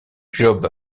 job